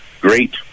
great